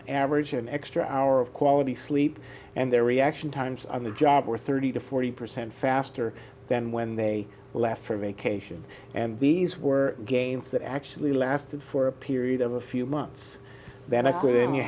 average an extra hour of quality sleep and their reaction times on the job were thirty to forty percent faster than when they left for vacation and these were gains that actually lasted for a period of a few months than